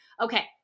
Okay